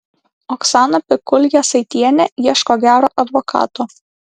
oksana pikul jasaitienė ieško gero advokato